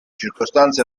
circostanze